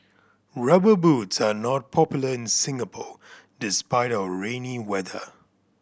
Rubber Boots are not popular in Singapore despite our rainy weather